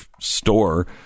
store